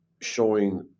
showing